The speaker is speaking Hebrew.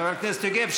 חבר הכנסת יוגב,